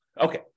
Okay